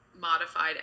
modified